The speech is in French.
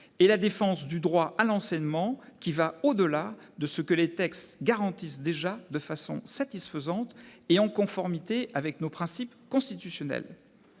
et la défense du droit à l'enseignement qui va au-delà de ce que les textes garantissent déjà de façon satisfaisante et en conformité avec nos principes constitutionnels.